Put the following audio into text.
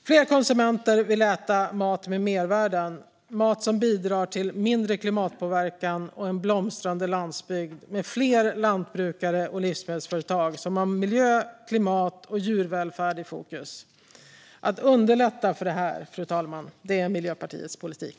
Fler konsumenter vill äta mat med mervärden - mat som bidrar till mindre klimatpåverkan och en blomstrande landsbygd med fler lantbrukare och livsmedelsföretag som har miljö, klimat och djurvälfärd i fokus. Att underlätta för detta är Miljöpartiets politik.